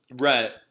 Right